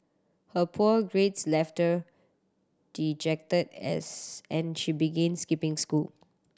her poor grades left her dejected as and she began skipping school